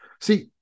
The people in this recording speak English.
See